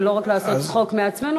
זה לא רק לעשות צחוק מעצמנו,